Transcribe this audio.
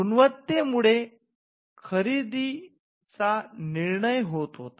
गुणवत्ते मुळे खारीदीचा निर्णय होत होता